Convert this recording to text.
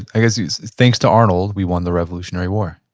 i guess thanks to arnold, we won the revolutionary war,